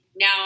Now